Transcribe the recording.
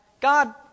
God